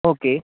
okay